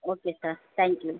okay sir thank you